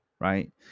right